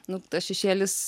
nu tas šešėlis